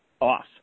off